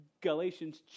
Galatians